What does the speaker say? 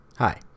Hi